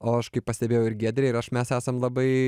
o aš kaip pastebėjau ir giedrė ir aš mes esam labai